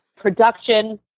Production